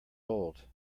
old